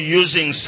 using